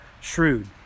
shrewd